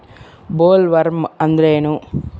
Bollworm ಅಂದ್ರೇನು?